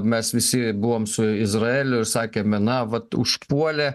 mes visi buvom su izraeliu ir sakėme na vat užpuolė